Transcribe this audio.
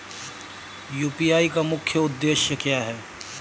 UPI का मुख्य उद्देश्य क्या है?